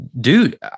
dude